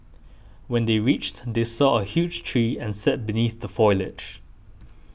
when they reached they saw a huge tree and sat beneath the foliage